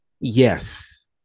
yes